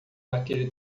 naquele